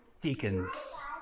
deacons